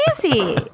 crazy